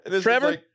Trevor